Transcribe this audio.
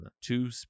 Two